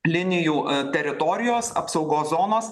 linijų teritorijos apsaugos zonos